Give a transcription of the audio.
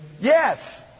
yes